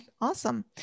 Awesome